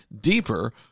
deeper